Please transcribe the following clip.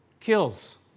Kills